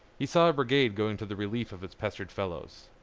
he saw a brigade going to the relief of its pestered fellows.